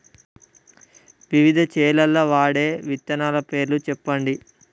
వివిధ చేలల్ల వాడే విత్తనాల పేర్లు చెప్పండి?